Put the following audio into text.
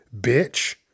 bitch